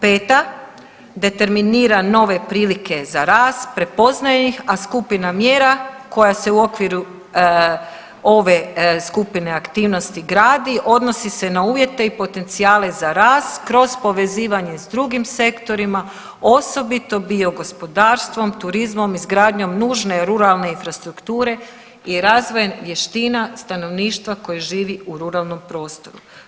Peta, determinira nove prilike za rast, prepoznaje ih, a skupina mjera koja se u okviru ove skupine aktivnosti gradi odnosi se na uvjete i potencijale za rast kroz povezivanje s drugim sektorima osobito biogospodarstvom, turizmom, izgradnjom nužne ruralne infrastrukture i razvojem vještina stanovništva koje živi u ruralnom prostoru.